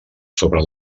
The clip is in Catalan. sobre